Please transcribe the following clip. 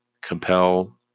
compel